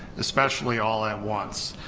especially all at once.